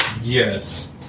Yes